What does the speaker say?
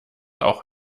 auch